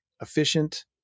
efficient